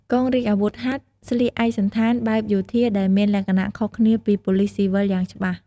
កងរាជអាវុធហត្ថស្លៀកឯកសណ្ឋានបែបយោធាដែលមានលក្ខណៈខុសគ្នាពីប៉ូលិសស៊ីវិលយ៉ាងច្បាស់។